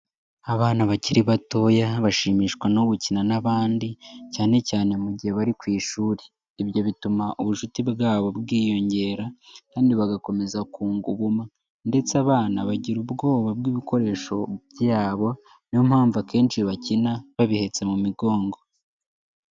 Abana bakiri batoya bashimishwa no gukina n'abandi cyanecyane mu gihe bari ku ishuri. Ibyo bituma ubucuti bwabo bwiyongera kandi bagakomeza kunga ubumwe ndetse abana bagira ubwoba bw'ibikoresho byabo, niyo mpamvu akenshi bakina babihetse mu migongo.